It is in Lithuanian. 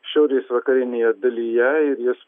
šiaurės vakarinėje dalyje ir jis